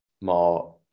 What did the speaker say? more